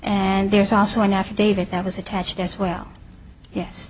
and there's also an affidavit that was attached as well yes